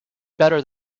better